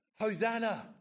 Hosanna